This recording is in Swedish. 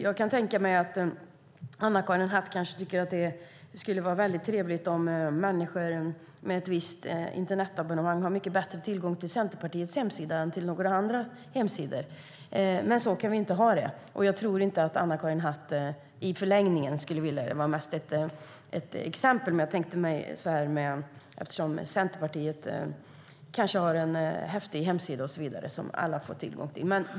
Jag kan tänka mig att Anna-Karin Hatt tycker att det vore trevligt om människor med ett visst internetabonnemang hade bättre tillgång till Centerpartiets hemsida än till andra hemsidor, men så kan vi inte ha det. Jag tror faktiskt inte att Anna-Karin Hatt i förlängningen skulle vilja ha det så; det var bara ett exempel eftersom Centerpartiet kanske har en häftig hemsida som alla ska få tillgång till.